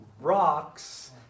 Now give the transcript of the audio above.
Rocks